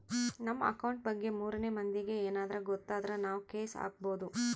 ನಮ್ ಅಕೌಂಟ್ ಬಗ್ಗೆ ಮೂರನೆ ಮಂದಿಗೆ ಯೆನದ್ರ ಗೊತ್ತಾದ್ರ ನಾವ್ ಕೇಸ್ ಹಾಕ್ಬೊದು